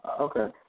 Okay